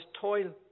toil